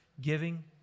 giving